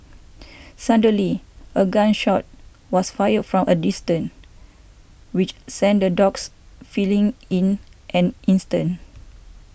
suddenly a gun shot was fired from a distance which sent the dogs fleeing in an instant